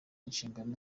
inshingano